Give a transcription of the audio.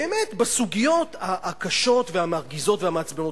באמת בסוגיות הקשות והמרגיזות והמעצבנות.